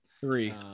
Three